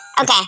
Okay